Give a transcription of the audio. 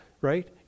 right